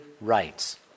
rights